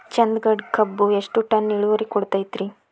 ಚಂದಗಡ ಕಬ್ಬು ಎಷ್ಟ ಟನ್ ಇಳುವರಿ ಕೊಡತೇತ್ರಿ?